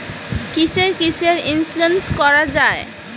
কিসের কিসের ইন্সুরেন্স করা যায়?